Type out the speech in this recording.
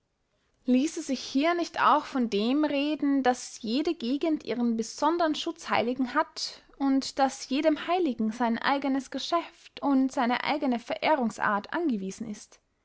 liesse sich hier nicht auch von dem reden daß jede gegend ihren besondern schutzheiligen hat und daß jedem heiligen sein eigenes geschäft und seine eigene verehrungsart angewiesen ist